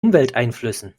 umwelteinflüssen